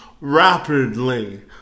rapidly